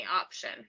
option